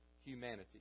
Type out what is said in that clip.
Humanity